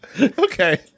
Okay